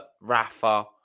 Rafa